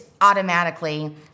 automatically